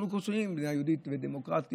אנחנו פה שומעים: מדינה יהודית ודמוקרטית,